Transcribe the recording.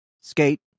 Skate